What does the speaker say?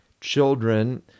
children